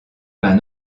peint